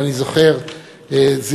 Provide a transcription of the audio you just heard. אני זוכר את אביך,